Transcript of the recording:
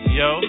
yo